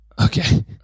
Okay